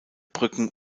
brücken